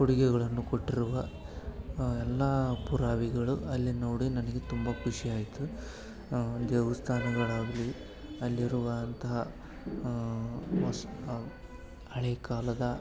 ಕೊಡುಗೆಗಳನ್ನು ಕೊಟ್ಟಿರುವ ಎಲ್ಲಾ ಪುರಾವೆಗಳು ಅಲ್ಲಿ ನೋಡಿ ನನಗೆ ತುಂಬ ಖುಷಿಯಾಯ್ತು ದೇವಸ್ಥಾನಗಳಾಗ್ಲಿ ಅಲ್ಲಿರುವಂತಹ ವಾಸ ಹಳೇಕಾಲದ